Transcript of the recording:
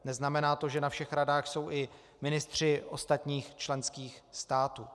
Neznamená to, že na všech radách jsou i ministři ostatních členských států.